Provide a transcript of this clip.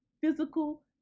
physical